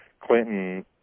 Clinton